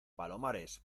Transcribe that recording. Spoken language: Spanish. palomares